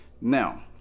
now